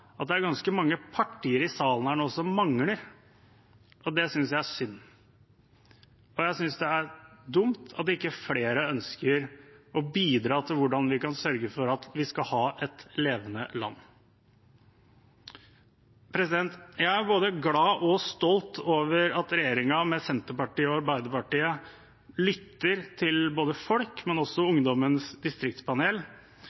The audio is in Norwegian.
at det er ganske mange partier som mangler i salen her nå. Det synes jeg er synd. Jeg synes det er dumt at ikke flere ønsker å bidra med hensyn til hvordan vi kan sørge for at vi skal ha et levende land. Jeg er både glad for og stolt over at regjeringen med Senterpartiet og Arbeiderpartiet lytter til både folk